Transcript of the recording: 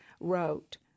wrote